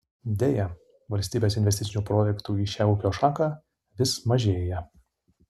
deja valstybės investicinių projektų į šią ūkio šaką vis mažėja